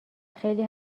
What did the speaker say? خیلی